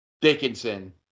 Dickinson